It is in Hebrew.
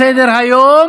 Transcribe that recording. לכם.